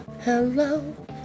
hello